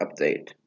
update